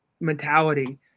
mentality